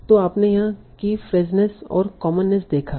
तो आपने यहाँ कीफ्रेजनेस और कॉमननेस देखा है